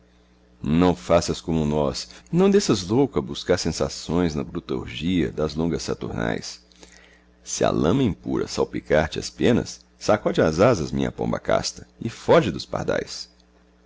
não faças como nós não desças louco a buscar sensações na bruta orgia das longas saturnais se a lama impura salpicar te as penas sacode as asas minha pomba casta e foge dos pardais